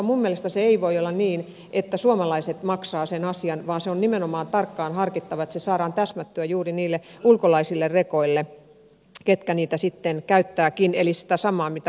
minun mielestäni se ei voi olla niin että suomalaiset maksavat sen asian vaan se on nimenomaan tarkkaan harkittava että se saadaan täsmättyä juuri niille ulkolaisille rekoille ketkä niitä sitten käyttävätkin eli sitä samaa mitä